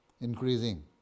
increasing